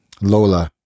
Lola